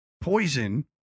Poison